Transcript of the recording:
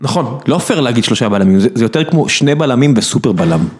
נכון, לא פייר להגיד שלושה בלמים, זה יותר כמו שני בלמים וסופר בלם.